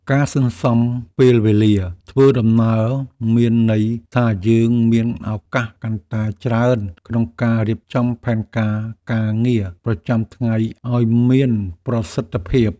ការសន្សំពេលវេលាធ្វើដំណើរមានន័យថាយើងមានឱកាសកាន់តែច្រើនក្នុងការរៀបចំផែនការការងារប្រចាំថ្ងៃឱ្យមានប្រសិទ្ធភាព។